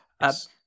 yes